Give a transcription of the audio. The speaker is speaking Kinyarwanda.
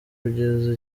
kugeza